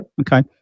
Okay